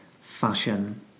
fashion